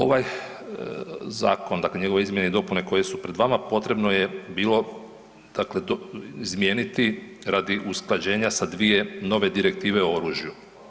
Ovaj zakon, dakle njegove izmjene i dopune koje su pred vama potrebno je bilo dakle izmijeniti radi usklađenja sa dvije nove direktive o oružju.